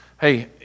Hey